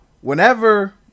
whenever